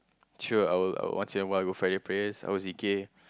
sure I will once in a while go Friday prayers I will zikir